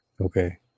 Okay